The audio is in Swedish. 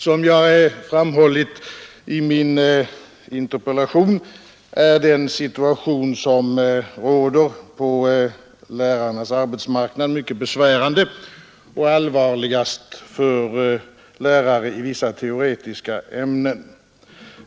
Som jag framhållit i min interpellation är den situation som råder på lärarnas arbetsmarknad mycket besvärande och allvarligast för lärare i vissa teoretiska ämnen.